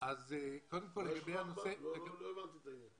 לא הבנתי את העניין.